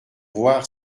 voir